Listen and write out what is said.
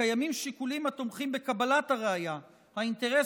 קיימים שיקולים התומכים בקבלת הראיה: האינטרס